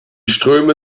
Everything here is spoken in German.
ströme